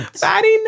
fatty